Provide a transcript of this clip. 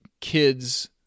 kids